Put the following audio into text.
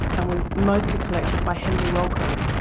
and were mostly collected by henry wellcome,